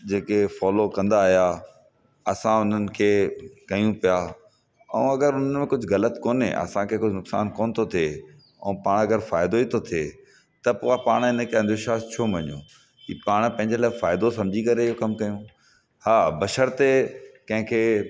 जेके फोलो कंदा आया असां उन्हनि खे कयूं पिया ऐं अगरि उन कुझु ग़लति कोन्हे असांखे कोई नुकसानु कोन्ह थो थिए असां अगरि फ़ाइदो ई थो थिए त पोइ उहा पाण खे अंधविश्वासु छो मञू हीअ पाण पंहिंजे लाइ फ़ाइदो सम्झी करे कमु कयूं हा बशरते कंहिंखे